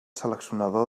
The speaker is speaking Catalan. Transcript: seleccionador